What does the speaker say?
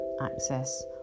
access